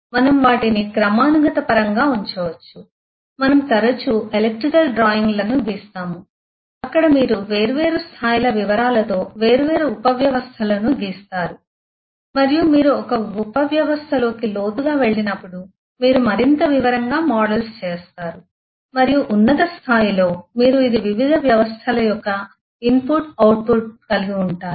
మనము వాటిని క్రమానుగత పరంగా ఉంచవచ్చు మనము తరచూ ఎలక్ట్రికల్ డ్రాయింగ్ లను గీసాము అక్కడ మీరు వేర్వేరు స్థాయిల వివరాలతో వేర్వేరు ఉపవ్యవస్థలను గీస్తారు మరియు మీరు ఒక ఉపవ్యవస్థలోకి లోతుగా వెళ్ళినప్పుడు మీరు మరింత వివరంగా మోడల్స్ చేస్తారు మరియు ఉన్నత స్థాయిలో మీరు ఇది వివిధ వ్యవస్థల యొక్క ఇన్పుట్ అవుట్పుట్ కలిగి ఉంటారు